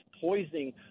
poisoning